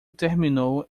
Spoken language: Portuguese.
terminou